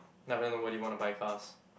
then after that nobody want to buy cars